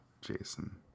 Jason